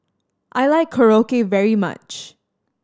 I like Korokke very much